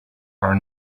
are